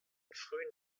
frühen